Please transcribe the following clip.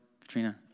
Katrina